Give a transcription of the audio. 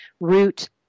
root